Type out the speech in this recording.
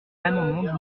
l’amendement